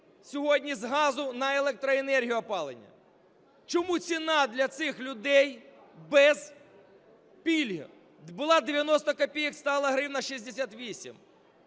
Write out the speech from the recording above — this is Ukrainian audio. сьогодні з газу на електроенергію опалення. Чому ціна для цих людей без пільги була 90 копійок - стала 1 гривня 68?